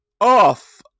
off